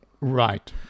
Right